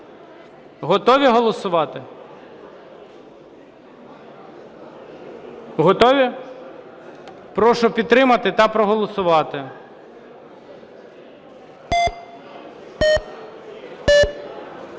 Готові голосувати? Готові? Прошу підтримати та проголосувати.